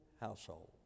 household